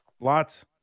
Lots